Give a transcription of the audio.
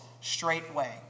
straightway